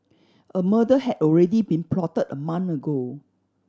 a murder had already been plotted a month ago